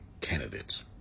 candidates